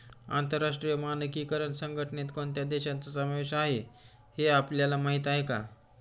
आंतरराष्ट्रीय मानकीकरण संघटनेत कोणत्या देशांचा समावेश आहे हे आपल्याला माहीत आहे का?